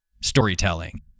storytelling